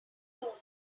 know